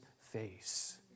face